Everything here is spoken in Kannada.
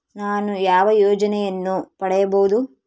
ನಾನು ಯಾವ ಯೋಜನೆಯನ್ನು ಪಡೆಯಬಹುದು?